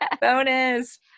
Bonus